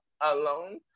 alone